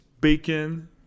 bacon